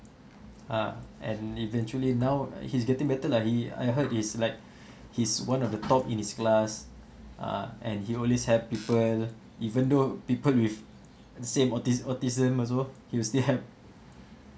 ah and eventually now uh he's getting better lah he I heard is like he's one of the top in his class ah and he always help people even though people with same autis~ autism also he will still help